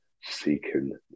seeking